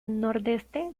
nordeste